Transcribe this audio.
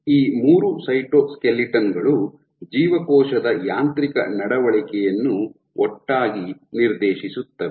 ಈ ಮೂರು ಸೈಟೋಸ್ಕೆಲಿಟನ್ ಗಳು ಜೀವಕೋಶದ ಯಾಂತ್ರಿಕ ನಡವಳಿಕೆಯನ್ನು ಒಟ್ಟಾಗಿ ನಿರ್ದೇಶಿಸುತ್ತವೆ